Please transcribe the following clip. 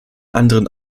anderen